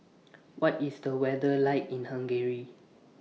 What IS The weather like in Hungary